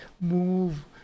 move